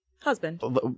husband